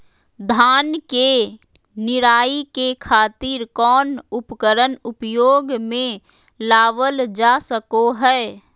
धान के निराई के खातिर कौन उपकरण उपयोग मे लावल जा सको हय?